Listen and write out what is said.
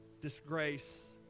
disgrace